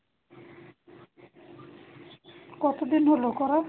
কতো দিন হলো করে